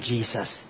Jesus